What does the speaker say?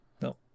No